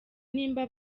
niba